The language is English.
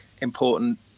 important